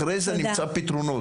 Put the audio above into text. אחרי זה נמצא פתרונות.